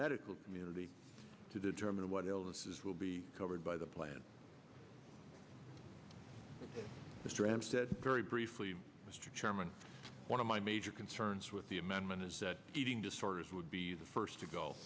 medical community to determine what illnesses will be covered by the plan mr m said very briefly mr chairman one of my major concerns with the amendment is that eating disorders would be the first to go